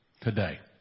today